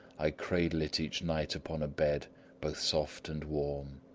i cradle it each night upon a bed both soft and warm.